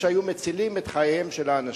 שהיו מצילים את חייהם של האנשים.